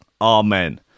Amen